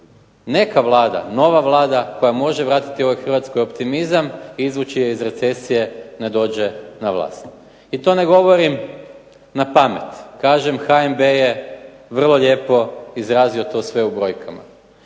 neka vlada, nova vlada koja može vratiti ovog Hrvatskoj optimizam, izvući je iz recesije da dođe na vlast. I to ne govorim napamet. Kažem HNB je vrlo lijepo izrazio sve to u brojkama.